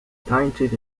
tańczyć